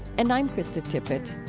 and i'm krista tippett